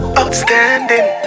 outstanding